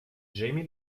jamie